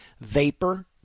vapor